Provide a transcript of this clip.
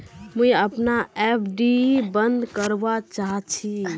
मुई अपना एफ.डी बंद करवा चहची